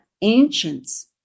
ancients